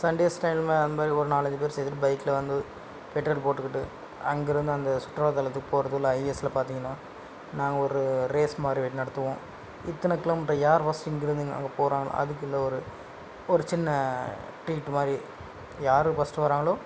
Sundays டைம்மா அந்த மாதிரி ஒரு நாலஞ்சு பேர் சேர்ந்துட்டு பைக்கில் வந்து பெட்ரோல் போட்டுக்கிட்டு அங்கே இருந்த அந்த சுற்றுலாத்தலத்துக்கு போகிறதுள்ள ஹைவேஸ்சில் பார்த்தீங்கன்னா நாங்கள் ஒரு ரேஸ் மாதிரி வே நடத்துவோம் இத்தனை கிலோமீட்டர் யார் ஃபஸ்ட்டுங்கிற மாதிரி அங்கே போகிறாங்களோ அதுக்குள்ளே ஒரு ஒரு சின்ன ட்ரீட்டு மாதிரி யார் ஃபஸ்ட்டு வராங்களோ